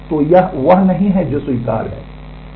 तो यह वह नहीं है जो स्वीकार्य है